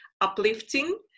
uplifting